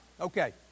Okay